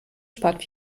spart